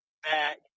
back